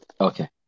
Okay